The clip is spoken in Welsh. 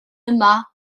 yma